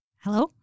Hello